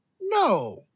No